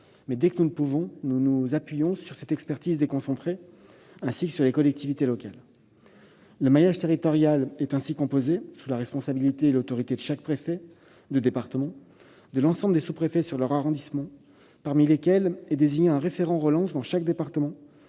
dès que nous le pouvons, nous nous appuyons sur cette expertise déconcentrée et sur les collectivités locales. Le maillage territorial pour la déclinaison du plan de relance est ainsi composé, sous la responsabilité et l'autorité de chaque préfet de département, de l'ensemble des sous-préfets sur leur arrondissement, parmi lesquels est désigné un « référent relance » dans chaque département,